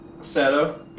Sato